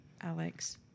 Alex